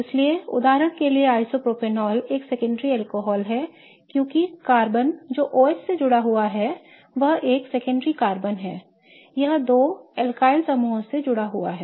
इसलिए उदाहरण के लिए आइसोप्रोपेनॉल एक सेकेंडरी अल्कोहल है क्योंकि कार्बन जो OH से जुड़ा हुआ है वह एक सेकेंडरी कार्बन है यह दो अल्काइल समूहों से जुड़ा हुआ है